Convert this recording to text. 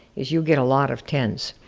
is you'll get a lot of ten s.